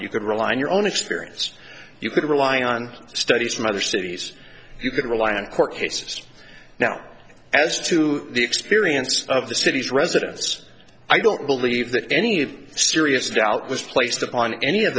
could rely on your own experience you could rely on studies from other cities you could rely on court cases now as to the experience of the city's residents i don't believe that any serious doubt was placed upon any of